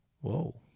Whoa